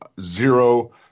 zero